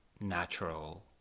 natural